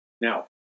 Now